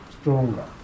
stronger